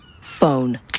Phone